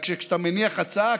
רק כשאתה מניח הצעה,